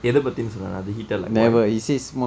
எது பற்றின்னு சொன்னானா:ethu patrinnu sonnaanaa did he say like why